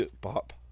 pop